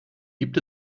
gibt